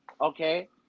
Okay